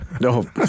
No